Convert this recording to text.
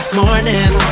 morning